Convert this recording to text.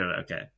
okay